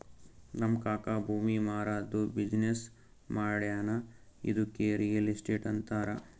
ನಮ್ ಕಾಕಾ ಭೂಮಿ ಮಾರಾದ್ದು ಬಿಸಿನ್ನೆಸ್ ಮಾಡ್ತಾನ ಇದ್ದುಕೆ ರಿಯಲ್ ಎಸ್ಟೇಟ್ ಅಂತಾರ